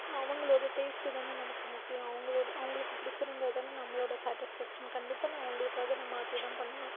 அவங்களோடய டேஸ்ட்டு தானே நமக்கு முக்கியம் அவங்களோட அவங்களுக்கு பிடிச்சி இருந்தால் தானே நம்மளோட சேட்டிஸ்ஃபேக்ஷன் கண்டிப்பாக நான் அவங்களுக்காக நான் மாற்றி தான் பண்ணுவேன்